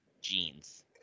Jeans